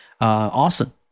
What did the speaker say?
awesome